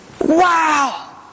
Wow